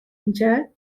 injured